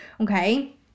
Okay